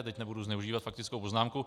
Teď nebudu zneužívat faktickou poznámku.